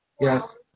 Yes